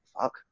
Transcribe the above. fuck